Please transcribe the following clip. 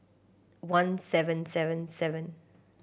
one seven seven seven